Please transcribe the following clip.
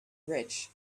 rich